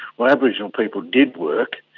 well, aboriginal people did work,